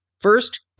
First